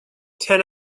ten